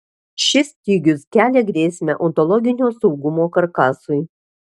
šis stygius kelia grėsmę ontologinio saugumo karkasui